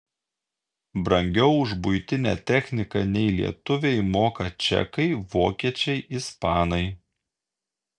brangiau už buitinę techniką nei lietuviai moka čekai vokiečiai ispanai